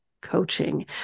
Coaching